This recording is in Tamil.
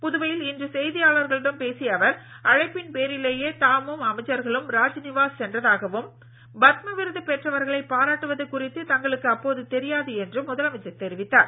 புதுவையில் இன்று செய்தியாளர்களிடம் பேசிய அவர் அழைப்பின் பேரிலேயே தாமும் அமைச்சர்களும் ராஜ்நிவாஸ் சென்றதாகவும் பத்ம விருது பெற்றவர்களை பாராட்டுவது குறித்து தங்களுக்கு அப்போது தெரியாது என்றும் முதலமைச்சர் தெரிவித்தார்